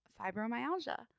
fibromyalgia